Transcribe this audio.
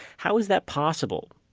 how is that possible?